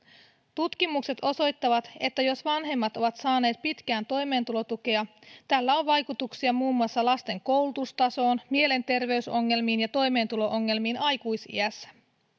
tutkimukset osoittavat että jos vanhemmat ovat saaneet pitkään toimeentulotukea tällä on vaikutuksia muun muassa lasten koulutustasoon mielenterveysongelmiin ja toimeentulo ongelmiin aikuisiässä